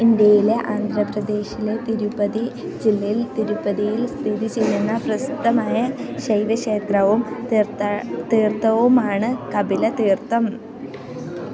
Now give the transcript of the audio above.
ഇന്ത്യയിലെ ആന്ധ്രാപ്രദേശിലെ തിരുപ്പതി ജില്ലയിൽ തിരുപ്പതിയിൽ സ്ഥിതി ചെയ്യുന്ന പ്രസിദ്ധമായ ശൈവക്ഷേത്രവും തീർത്ഥ തീർത്ഥവുമാണ് കപില തീർത്ഥം